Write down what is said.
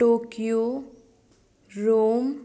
Tokyo Rome